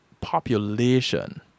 population